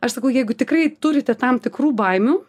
aš sakau jeigu tikrai turite tam tikrų baimių